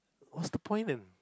what's the point